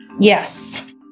Yes